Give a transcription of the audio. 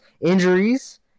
injuries